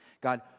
God